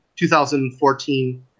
2014